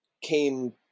came